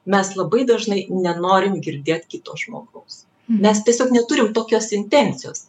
mes labai dažnai nenorim girdėt kito žmogaus mes tiesiog neturim tokios intencijos